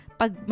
pag